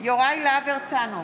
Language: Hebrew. יוראי להב הרצנו,